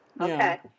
Okay